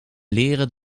leren